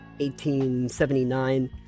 1879